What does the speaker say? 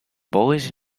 boys